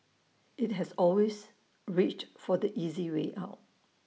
IT has always reached for the easy way out